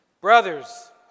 Brothers